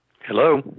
Hello